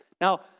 Now